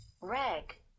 Reg